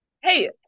Hey